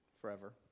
forever